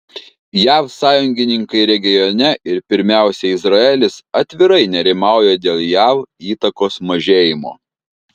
jav sąjungininkai regione ir pirmiausia izraelis atvirai nerimauja dėl jav įtakos mažėjimo